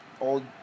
old